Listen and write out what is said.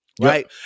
right